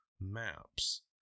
maps